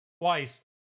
twice